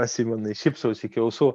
aš simonai šypsaus iki ausų